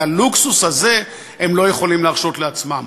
את הלוקסוס הזה הם לא יכולים להרשות לעצמם.